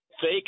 Fake